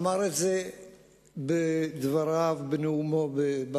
אמר את זה בנאומו בבר-אילן,